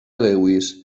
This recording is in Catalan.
lewis